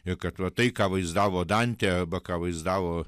ir kad va tai ką vaizdavo dantė arba ką vaizdavo